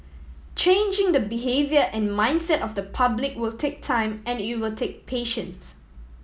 changing the behaviour and mindset of the public will take time and it will take patience